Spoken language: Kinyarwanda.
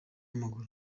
w’amaguru